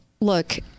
Look